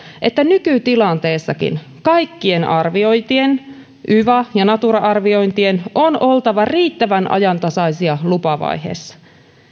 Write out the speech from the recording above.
että nykytilanteessakin kaikkien arviointien yva ja natura arviointien on oltava riittävän ajantasaisia lupavaiheessa